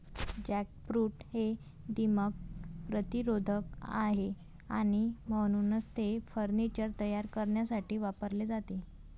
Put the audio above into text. jackfruit हे दीमक प्रतिरोधक आहे आणि म्हणूनच ते फर्निचर तयार करण्यासाठी वापरले जाते